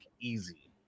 easy